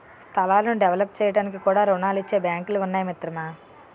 స్థలాలను డెవలప్ చేయడానికి కూడా రుణాలిచ్చే బాంకులు ఉన్నాయి మిత్రమా